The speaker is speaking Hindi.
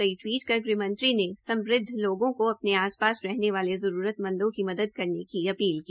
कई टवीट कर ग़हमंत्री समृद्व लोगों को अपने आसपास रहने वाले जरूरतमंदो की मदद करने की भी अपील की